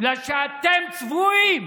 בגלל שאתם צבועים.